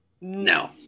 No